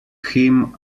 him